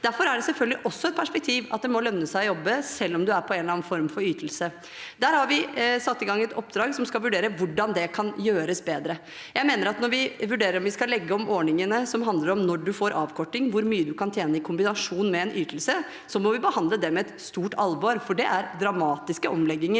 Derfor er det selvfølgelig også et perspektiv at det må lønne seg å jobbe selv om man er på en eller annen form for ytelse. Der har vi satt i gang et oppdrag for å vurdere hvordan det kan gjøres bedre. Jeg mener at når vi vurderer om vi skal legge om ordningene som handler om når man får avkorting, hvor mye man kan tjene i kombinasjon med en ytelse, må vi behandle det med stort alvor, for det er dramatiske omlegginger